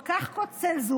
כל כך קונסנזואלית,